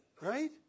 Right